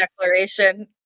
Declaration